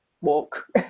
walk